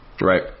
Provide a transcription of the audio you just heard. Right